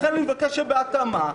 לכן אני מבקש שבהתאמה,